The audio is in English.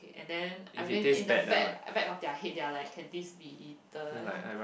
and then I mean in the back back of their head they are like can this be eaten